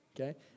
okay